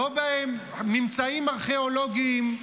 לא בממצאים ארכיאולוגיים,